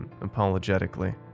apologetically